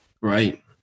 Right